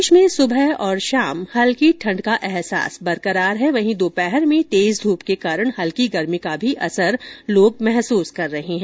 प्रदेश में सुबह और शाम को हल्की ठंड का अहसास बरकरार है वहीं दोपहर में तेज धूप के कारण हल्की गर्मी का भी असर लोग महसूस कर रहे हैं